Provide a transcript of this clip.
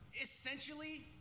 essentially